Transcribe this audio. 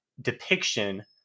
depiction